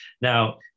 Now